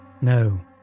No